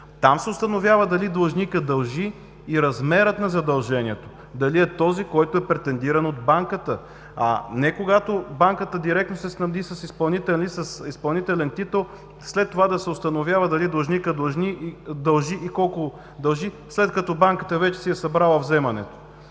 Там се установява дали длъжникът дължи и дали размерът на задълженията е този, който е претендиран от банката, а не когато банката директно се снабди с изпълнителен титул, след това да се установява дали длъжникът дължи и колко дължи, след като банката вече си е събрала вземането.